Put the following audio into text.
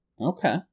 Okay